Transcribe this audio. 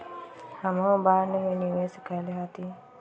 हमहुँ बॉन्ड में निवेश कयले हती